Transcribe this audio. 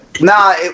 Nah